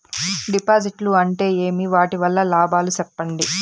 డిపాజిట్లు అంటే ఏమి? వాటి వల్ల లాభాలు సెప్పండి?